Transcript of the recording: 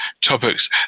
topics